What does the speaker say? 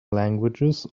languages